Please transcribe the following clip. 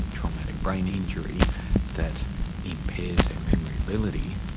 but traumatic brain injury that impairs their memory ability,